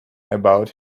about